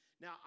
Now